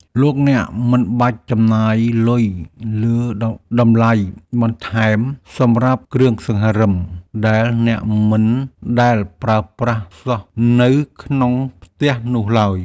លោកអ្នកមិនបាច់ចំណាយលុយលើតម្លៃបន្ថែមសម្រាប់គ្រឿងសង្ហារិមដែលអ្នកមិនដែលប្រើប្រាស់សោះនៅក្នុងផ្ទះនោះឡើយ។